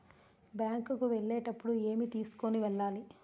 Bank కు వెళ్ళేటప్పుడు ఏమి తీసుకొని వెళ్ళాలి?